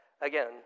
again